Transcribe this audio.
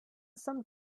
some